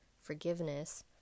forgiveness